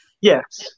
yes